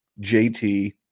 JT